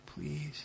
please